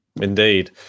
Indeed